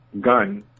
gun